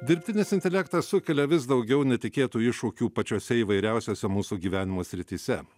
dirbtinis intelektas sukelia vis daugiau netikėtų iššūkių pačiose įvairiausiose mūsų gyvenimo srityse